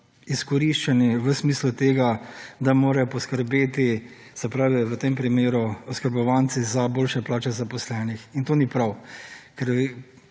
izkoriščeni v smislu tega, da morajo poskrbeti, se pravi v tem primeru oskrbovanci za boljše plače zaposlenih. In to ni prav. Ker